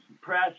Press